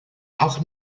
auch